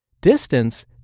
Distance